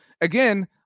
again